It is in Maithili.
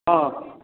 हँ